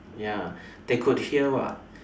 ya they could hear what